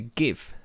give